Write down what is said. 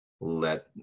let